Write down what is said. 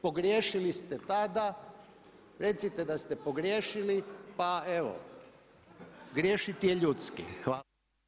Pogriješili ste tada, recite da ste pogriješili pa evo, griješiti je ljudski.